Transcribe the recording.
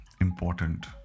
important